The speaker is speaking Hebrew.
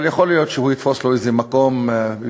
אבל יכול להיות שיום אחד הוא יתפוס לו איזה מקום בהוליווד.